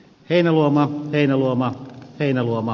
heinäluoma elomaa heinäluoma